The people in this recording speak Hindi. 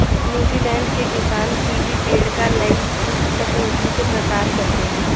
न्यूजीलैंड के किसान कीवी पेड़ का नई तकनीक से प्रसार करते हैं